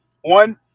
One